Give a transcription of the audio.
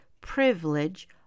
privilege